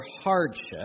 hardship